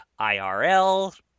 IRL